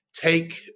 take